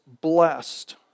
blessed